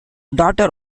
daughter